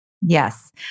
Yes